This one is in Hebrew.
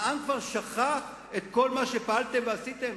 העם כבר שכח את כל מה שפעלתם ועשיתם?